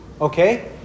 Okay